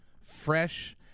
fresh